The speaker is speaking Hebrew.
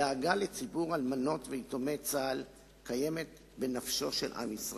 הדאגה לציבור אלמנות ויתומי צה"ל היא בנפשו של עם ישראל.